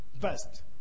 best